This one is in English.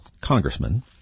congressman